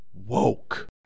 woke